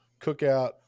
cookout